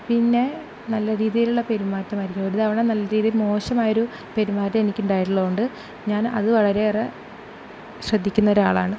പിന്നെ നല്ല രീതിയിലുള്ള പെരുമാറ്റം ആയിരിക്കണം ഒരു തവണ നല്ല രീതിയിൽ മോശമായൊരു പെരുമാറ്റം എനിക്ക് ഉണ്ടായിട്ടുള്ളതുകൊണ്ട് ഞാൻ അത് വളരെയേറെ ശ്രദ്ധിക്കുന്ന ഒരാളാണ്